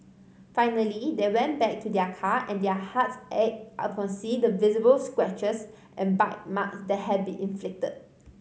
finally they went back to their car and their hearts ached upon seeing the visible scratches and bite mark that had been inflicted